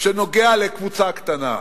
שנוגע לקבוצה קטנה.